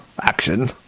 action